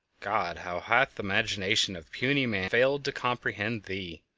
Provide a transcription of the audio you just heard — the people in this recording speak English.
god, how hath the imagination of puny man failed to comprehend thee!